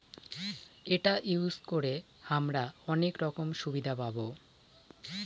এটা ইউজ করে হামরা অনেক রকম সুবিধা পাবো